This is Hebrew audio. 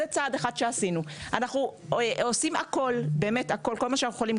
אנחנו עושים כל מה שאנחנו יכולים,